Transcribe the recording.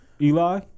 Eli